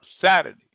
Saturday